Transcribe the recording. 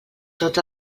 tots